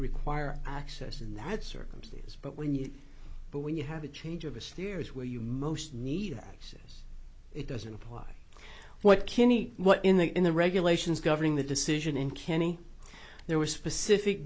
require access in that circumstances but when you but when you have a change of a sphere is where you most need access it doesn't apply what kinney what in the in the regulations governing the decision in kenny there were specific